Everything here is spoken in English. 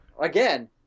again